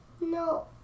No